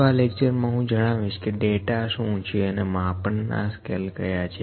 તો આ લેક્ચર મા હું જણાવીશ કે ડેટા શું છે અને માપન ના સ્કેલ ક્યાં છે